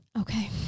Okay